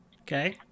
Okay